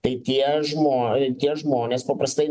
tai tie žmo tie žmonės paprastai